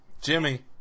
Jimmy